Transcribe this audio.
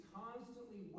constantly